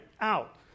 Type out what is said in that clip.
out